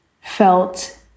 felt